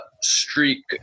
streak